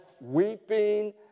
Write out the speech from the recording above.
weeping